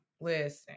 listen